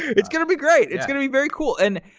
it's going to be great. it's going to be very cool. and